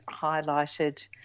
highlighted